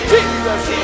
Jesus